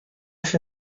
się